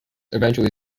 eventually